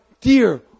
Dear